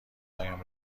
هایم